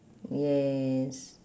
yes